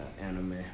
anime